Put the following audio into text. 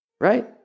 right